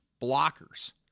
blockers